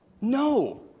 No